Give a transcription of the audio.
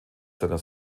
seiner